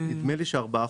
נדמה לי שארבעה